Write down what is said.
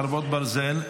חרבות ברזל),